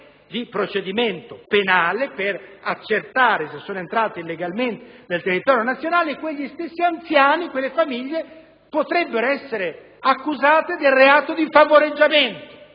di procedimento penale per accertare se sono entrate illegalmente nel territorio nazionale, e quegli stessi anziani e quelle famiglie potrebbero essere accusate del reato di favoreggiamento.